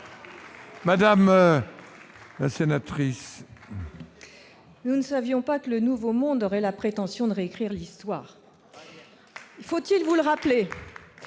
pour la réplique. Nous ne savions pas que le nouveau monde aurait la prétention de réécrire l'Histoire. Faut-il vous le rappeler,